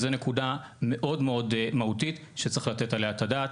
וזה נקודה מאוד מאוד מהותית שצריך לתת עליה את הדעת.